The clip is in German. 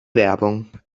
werbung